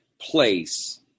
place